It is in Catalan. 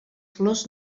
flors